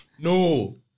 No